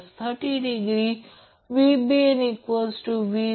तर हे VAN VBN आणि VCN असे दाखविले जाते